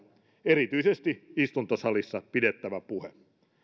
erityisesti istuntosalissa pidettävä puhe